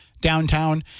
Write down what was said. downtown